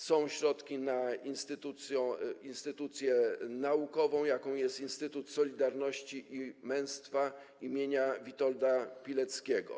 Są środki na instytucję naukową, jaką jest Instytut Solidarności i Męstwa im. Witolda Pileckiego.